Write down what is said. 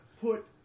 Put